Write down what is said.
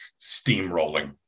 steamrolling